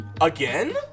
Again